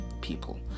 people